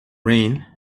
rain